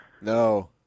No